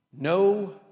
No